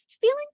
feeling